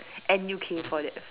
and U_K for that